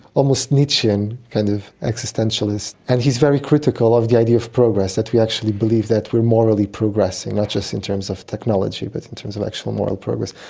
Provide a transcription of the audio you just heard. almost nietzschean kind of existentialist, and he's very critical of the idea of progress, that we actually believe that we are morally progressing, not just in terms of technology but in terms of actual moral progress.